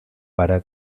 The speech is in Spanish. para